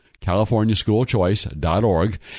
californiaschoolchoice.org